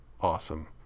awesome